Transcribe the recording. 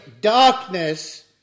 darkness